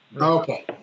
Okay